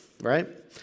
Right